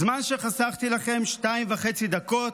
זמן שחסכתי לכם: שתיים וחצי דקות,